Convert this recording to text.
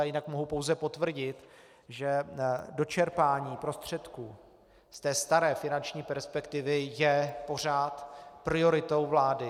Jinak mohu pouze potvrdit, že dočerpání prostředků ze staré finanční perspektivy je pořád prioritou vlády.